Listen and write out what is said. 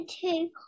two